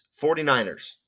49ers